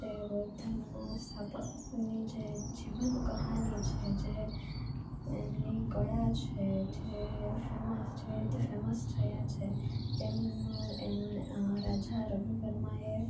જે બૌદ્ધ ધર્મના સ્થાપકની જે જીવન કહાની છે જે એમની કળા છે જે ફેમસ કઈ રીતે ફેમસ થયા છે તેમનું રાજા રવિ વર્માએ